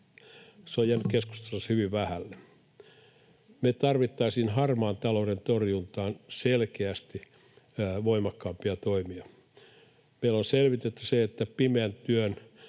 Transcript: täällä salissa keskustelussa hyvin vähälle. Me tarvittaisiin harmaan talouden torjuntaan selkeästi voimakkaampia toimia. Meillä on selvitetty se, että pimeän työn